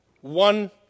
one